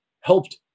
helped